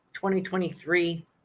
2023